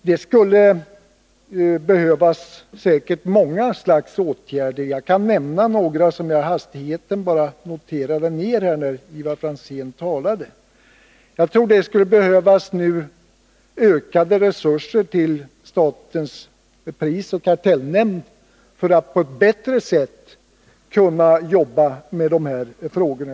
Det skulle säkert behövas många slags åtgärder för att komma till rätta med detta problem. Jag kan nämna några som jag i hastigheten noterade då Ivar Franzén talade. Jag tror att det nu skulle behövas ökade resurser till statens prisoch kartellnämnd för att den på ett bättre sätt skulle kunna jobba med dessa frågor.